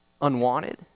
Unwanted